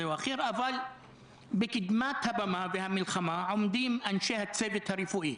או אחר אבל בקדמת הבמה והמלחמה עומדים אנשי הצוות הרפואי,